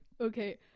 Okay